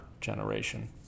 generation